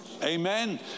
amen